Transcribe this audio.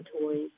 toys